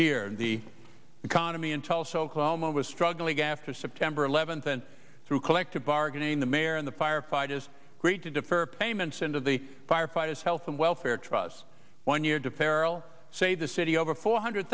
here the economy in tulsa oklahoma was struggling after september eleventh and through collective bargaining the mayor and the firefighters great to defer payments into the firefighters health and welfare trust one year to ferrol save the city over four hundred